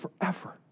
forever